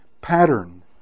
pattern